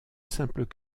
simples